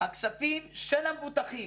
הכספים של המבוטחים